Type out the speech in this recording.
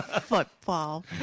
Football